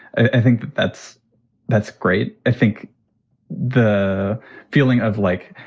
i think that that's that's great i think the feeling of like,